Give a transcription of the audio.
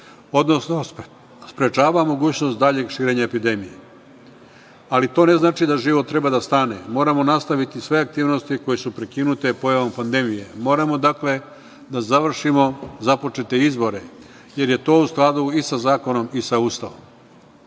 odnosno sprečava mogućnost dalje širenja epidemije. To ne znači da život treba da stane. Moramo nastaviti sve aktivnosti koje su prekinute pojavom pandemije. Moramo, dakle, da završimo započete izbore, jer je tu u skladu i sa zakonom i sa Ustavom. Kada